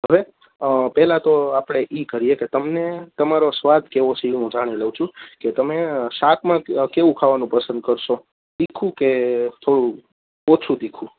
હવે પહેલાં તો આપણે એ કરીએ કે તમને તમારો સ્વાદ કેવો છે એ હું જાણી લઉં છું કે તમે શાકમાં કેવું ખાવાનું પસંદ કરશો તીખું કે થોડું ઓછું તીખું